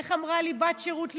איך אמרה לי בת שירות לאומי?